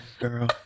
Girl